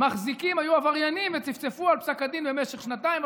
המחזיקים היו עבריינים וצפצפו על פסק הדין במשך שנתיים,